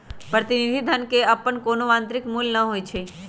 प्रतिनिधि धन के अप्पन कोनो आंतरिक मूल्य न होई छई